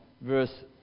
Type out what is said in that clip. verse